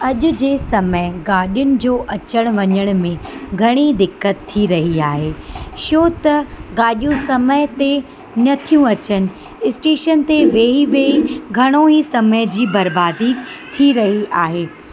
अॼु जे समय गाॾियुनि जो अचण वञण में घणी दिक़त थी रही आहे छो त गाॾियूं समय ते नथियूं अचनि स्टेशन ते वेही वेही घणो ई समय जी बर्बादी थी रही आहे